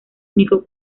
único